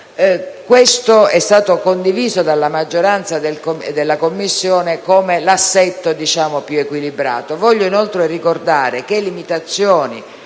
questo è stato condiviso dalla maggioranza della Commissione come l'assetto più equilibrato.